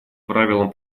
правилам